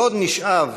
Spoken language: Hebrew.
ועוד נשאב,